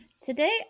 today